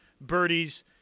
birdies